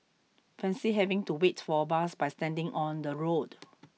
Fancy having to wait for a bus by standing on the road